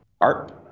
art